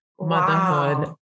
motherhood